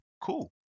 cool